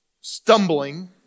stumbling